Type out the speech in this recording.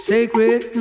Sacred